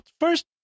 first